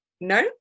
No